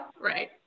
Right